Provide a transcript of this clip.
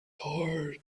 hard